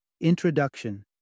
Introduction